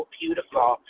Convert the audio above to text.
beautiful